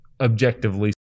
objectively